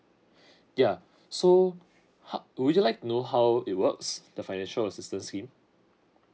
yeah so how would you like to know how it works the financial assistance scheme